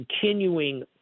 continuing